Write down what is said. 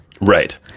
Right